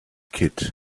kid